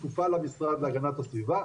שכפופה למשרד להגנת הסביבה.